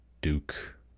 duke